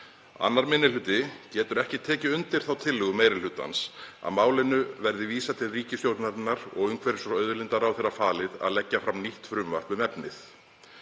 2. minni hluti getur ekki tekið undir þá tillögu meiri hlutans að málinu verði vísað til ríkisstjórnarinnar og umhverfis- og auðlindaráðherra falið að leggja fram nýtt frumvarp um efnið.